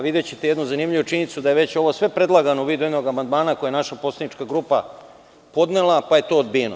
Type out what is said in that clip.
Videćete i jednu zanimljivu činjenicu, da je već ovo sve predlagano u vidu jednog amandmana koji je naša poslanička grupa podnela, pa je to odbijeno.